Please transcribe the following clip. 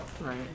right